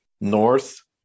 north